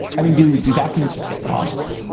i mean do do documents just get lost.